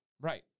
Right